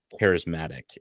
charismatic